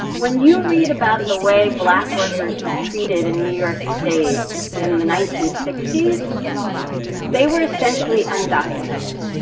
when you read about the way black workers were treated in new york state in the nineteen sixty s they were essentially undocumented.